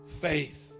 Faith